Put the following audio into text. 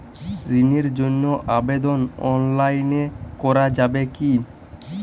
ঋণের জন্য আবেদন অনলাইনে করা যাবে কি?